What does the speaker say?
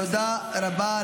תודה רבה.